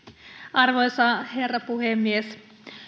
arvoisa herra puhemies